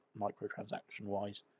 microtransaction-wise